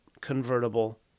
convertible